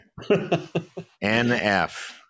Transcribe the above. NF